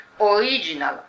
original